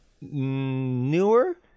newer